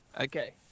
Okay